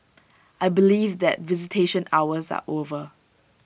I believe that visitation hours are over